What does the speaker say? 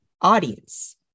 audience